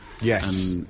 Yes